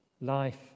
life